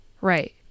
Right